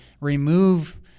remove